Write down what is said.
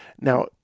Now